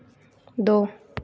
दो